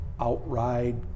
Outride